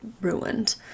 ruined